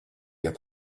get